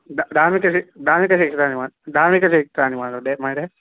the धार्मिक क्षे धार्मिकक्षेत्राणि महो धार्मिकक्षेत्राणि महोदय महोदय